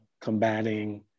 combating